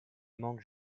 manque